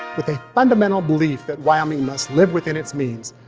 with a fundamental belief that wyoming must live within its means,